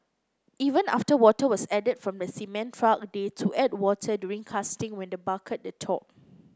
even after water was added from the cement truck they to add water during casting when the bucket the top